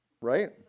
right